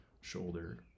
shoulder